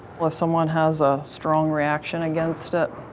when someone has a strong reaction against it,